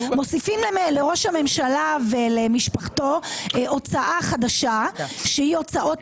מוסיפים לראש הממשלה ולמשפחתו הוצאה חדשה שהיא הוצאות